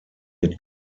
mit